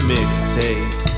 Mixtape